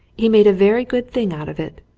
he made a very good thing out of it.